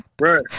Right